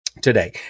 today